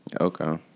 Okay